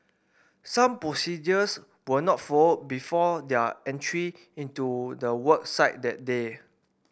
some procedures were not before their entry into the work site that day